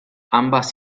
ambas